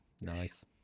Nice